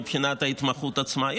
מבחינת ההתמחות עצמה.